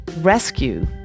Rescue